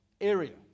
area